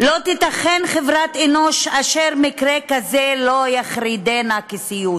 "לא תיתכן חברת אנוש אשר מקרה כזה לא יחרידנה כסיוט,